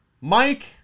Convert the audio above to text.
Mike